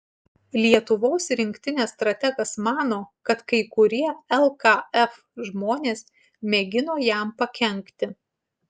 lietuvos rinktinės strategas mano kad kai kurie lkf žmonės mėgino jam pakenkti